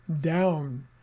down